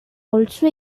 also